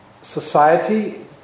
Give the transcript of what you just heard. society